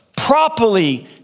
Properly